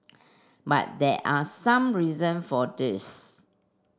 but there are some reason for this